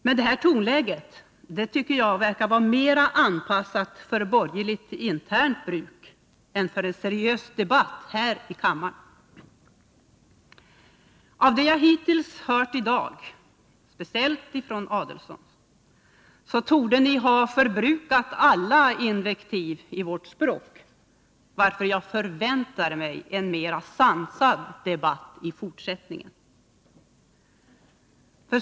Men det här tonläget tycker jag verkar vara mer anpassat för borgerligt internt bruk än för en seriös debatt här i kammaren. Att döma av det jag har hört hittills i dag, speciellt från Ulf Adelsohn, torde ni nu ha förbrukat alla invektiv i vårt språk, varför jag förväntar mig en mer sansad debatt i fortsättningen.